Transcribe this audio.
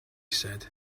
said